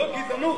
זאת גזענות.